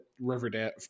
riverdale